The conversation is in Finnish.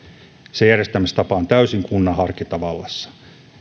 se järjestämistapa on täysin kunnan harkintavallassa